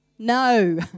No